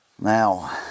Now